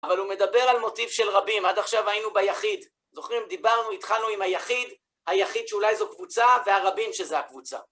אבל הוא מדבר על מוטיב של רבים. עד עכשיו היינו ביחיד, זוכרים? דיברנו, התחלנו עם היחיד, היחיד שאולי זו קבוצה, והרבים שזה הקבוצה.